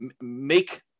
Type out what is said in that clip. make